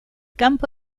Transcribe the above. campo